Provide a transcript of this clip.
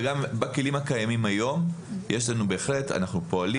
וגם בכלים הקיימים היום אנחנו פועלים.